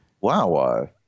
wow